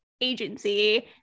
agency